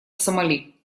сомали